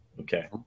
Okay